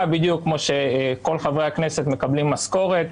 בדיוק כמו שכל חבר כנסת מקבל משכורת,